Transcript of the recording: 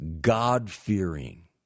God-fearing